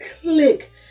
click